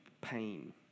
pain